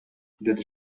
деди